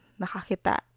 ...nakakita